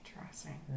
Interesting